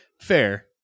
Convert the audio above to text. Fair